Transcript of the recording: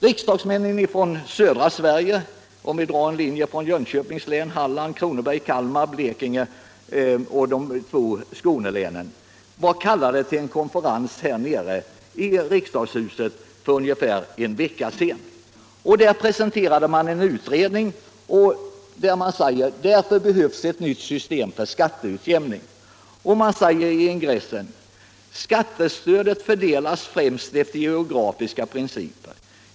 Riksdagsmännen från södra Sverige — om vi drar en linje som sträcker sig från Jönköpings län över Kronobergs, Kalmar, Blekinge och Hallands län samt de två Skånelänen — var för ungefär en vecka sedan kallade till en konferens här i riksdagshuset. Där presenterades en utredning Nr 38 vars förslag hade sammanställts i en broschyr på vilken det stod: ”Därför behövs ett nytt system för skatteutjämning.” I ingressen till broschyren heter det: ”Skattestödet fördelas främst efter geografiska principer.